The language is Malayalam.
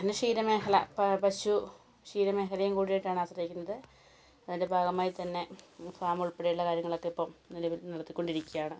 പിന്നെ ക്ഷീരമേഖല പ പശു ക്ഷീരമേഖലയും കൂടിയിട്ടാണ് ആശ്രയിക്കുന്നത് അതിൻ്റെ ഭാഗമായി തന്നെ ഫാർം ഉൾപ്പെടെയുള്ള കാര്യങ്ങളൊക്കെ ഇപ്പം നിലവിൽ നടത്തിക്കൊണ്ടിരിക്കുകയാണ്